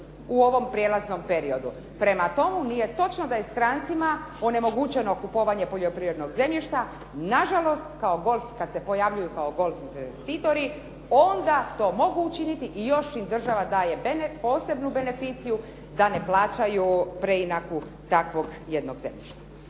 u ovom prijelaznom periodu. Prema tome, nije točno da je strancima onemogućeno kupovanje poljoprivrednog zemljišta, nažalost kad se pojavljuju kao golf investitori onda to mogu učiniti i još im država daje posebnu beneficiju da ne plaćaju preinaku takvog jednog zemljišta.